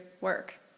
work